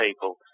people